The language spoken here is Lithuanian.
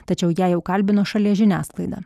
tačiau ją jau kalbino šalies žiniasklaida